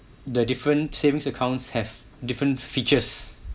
the different savings accounts have different features